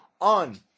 on